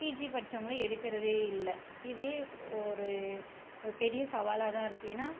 PG படித்தவுங்ள எடுக்கிறதே இல்லை இதே ஒரு பெரிய சவாலாக தான் இருக்குது ஏன்னால்